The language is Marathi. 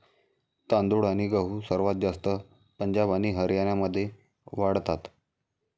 तांदूळ आणि गहू सर्वात जास्त पंजाब आणि हरियाणामध्ये वाढतात